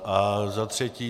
A za třetí.